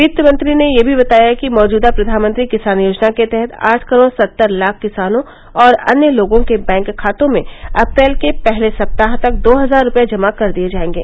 वित्त मंत्री ने ये भी बताया कि मौजूदा प्रधानमंत्री किसान योजना के तहत आठ करोड़ सत्तर लाख किसानों और अन्य लोगों के बैंक खातों में अप्रैल के पहले सप्ताह तक दो हजार रूपये जमा कर दिए जाएंगे